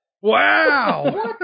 Wow